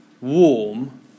warm